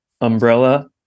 umbrella